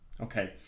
Okay